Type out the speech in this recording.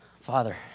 Father